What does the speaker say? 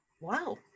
Wow